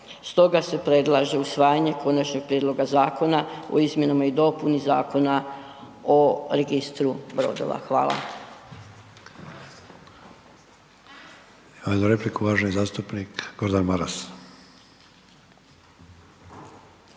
Stoga se predlaže usvajanje Konačnog prijedloga zakona o izmjenama i dopuni Zakona o Registru brodova. Hvala.